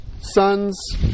sons